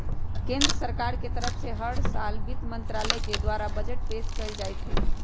केन्द्र सरकार के तरफ से हर साल वित्त मन्त्रालय के द्वारा बजट पेश कइल जाईत हई